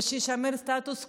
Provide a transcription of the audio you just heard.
ושיישמר סטטוס קוו.